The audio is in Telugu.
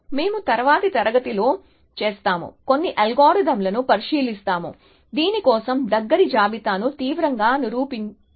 మేము తరువాతి తరగతిలో చేస్తాము కొన్ని అల్గోరిథంలను పరిశీలిస్తాము దీని కోసం దగ్గరి జాబితాను తీవ్రంగా నిరూపించారు